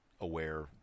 aware